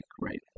right